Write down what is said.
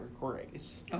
Grace